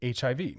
HIV